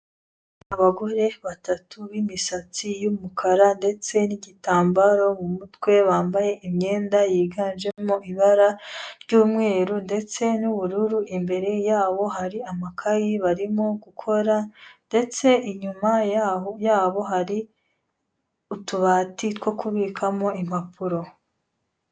Abagore batatu b'imisatsi y'umukara ndetse n'igitambaro mu mutwe bambaye imyenda yiganjemo ibara ry'umweru ndetse n'ubururu, imbere yabo hari amakayi barimo gukora, ndetse inyuma yaho yabo hari utubati two kubikamo impapuro.